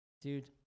Dude